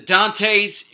Dante's